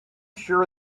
sure